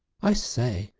i say,